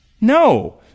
No